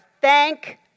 thank